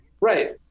Right